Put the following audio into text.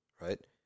right